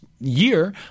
year